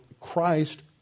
Christ